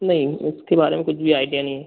नहीं उसके बारे में कुछ भी आइडिया नहीं है